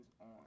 on